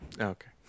Okay